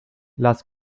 las